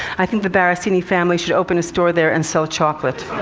i think the barricini family should open a store there and sell chocolate.